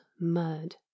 mud